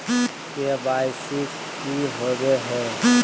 KYC की होबो है?